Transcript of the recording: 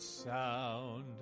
sound